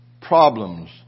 problems